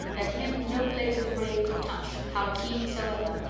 that him no blade of the brave could touch, how keen soever,